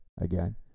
again